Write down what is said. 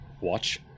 Watch